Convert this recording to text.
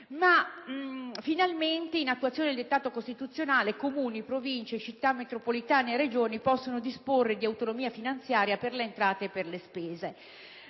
Finalmente, in attuazione del dettato costituzionale, i Comuni, le Province, le Città metropolitane e le Regioni possono disporre di autonomia finanziaria per le entrate e per le spese.